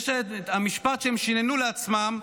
יש שם את המשפט שהם שיננו לעצמם: